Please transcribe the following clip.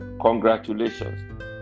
congratulations